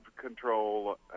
control